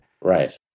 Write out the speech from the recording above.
right